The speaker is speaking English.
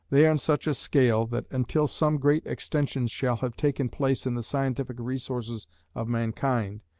they are on such a scale, that until some great extension shall have taken place in the scientific resources of mankind,